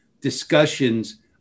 discussions